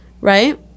right